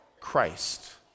Christ